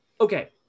Okay